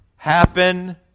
Happen